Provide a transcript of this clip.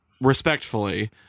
respectfully